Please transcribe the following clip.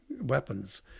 weapons